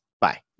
Bye